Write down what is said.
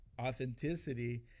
authenticity